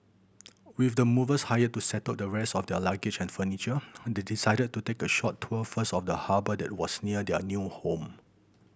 with the movers hired to settle the rest of their luggage and furniture they decided to take a short tour first of the harbour that was near their new home